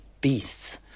beasts